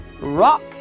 rock